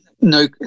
No